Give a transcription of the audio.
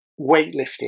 weightlifting